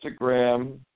Instagram